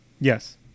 Yes